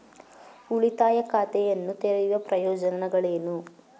ಉಳಿತಾಯ ಖಾತೆಯನ್ನು ತೆರೆಯುವ ಪ್ರಯೋಜನಗಳೇನು?